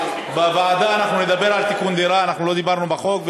בוועדה נדבר על תיקון דירה, לא דיברנו בחוק,